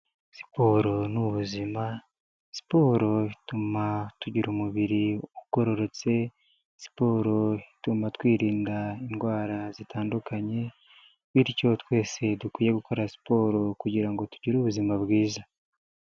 Siporo ni ubuzima siporo bituma tugira umubiri ugororotse siporo ituma twirinda indwara zitandukanye bityo twese dukwiye gukora siporo kugira ngo tugire ubuzima bwiza.